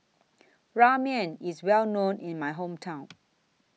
Ramen IS Well known in My Hometown